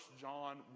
John